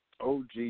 OG